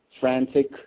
frantic